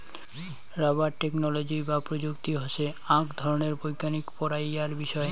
rubber technology বা প্রযুক্তি হসে আক ধরণের বৈজ্ঞানিক পড়াইয়ার বিষয়